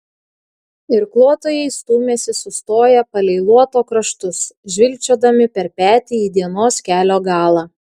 irkluotojai stūmėsi sustoję palei luoto kraštus žvilgčiodami per petį į dienos kelio galą